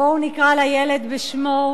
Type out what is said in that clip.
בואו נקרא לילד בשמו,